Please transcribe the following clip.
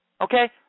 okay